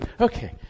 Okay